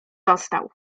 dostał